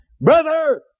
Brother